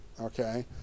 okay